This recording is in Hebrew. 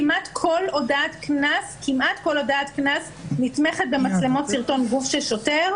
כמעט כל הודעת קנס נתמכת במצלמות סרטון גוף של שוטר,